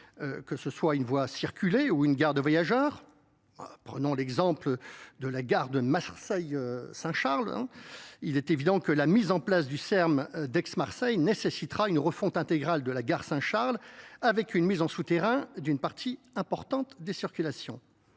que ce soit une voie circulée ou une gare de voyageurs prenons l'exemple de la gare de Marseille Saint Charles. Hein, il est évident que la mise en place du serme d'aix Marseille nécessitera une refonte intégrale de la gare Saint Charles, avec une mise en souterrain d'une partie importante des circulations